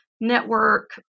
Network